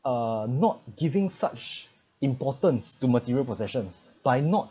uh not giving such importance to material possessions by not